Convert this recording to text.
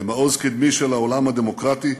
כמעוז קדמי של העולם הדמוקרטי,